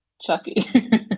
Chucky